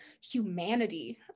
humanity